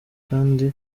kandi